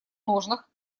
ножнах